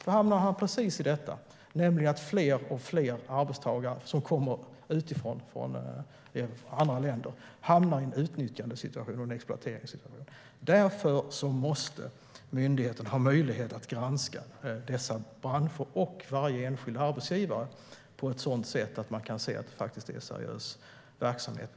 Då hamnar vi i att fler och fler arbetstagare som kommer från andra länder utnyttjas och exploateras. Därför måste myndigheterna ha möjlighet att granska dessa branscher och varje enskild arbetsgivare så att man kan se att de är seriösa.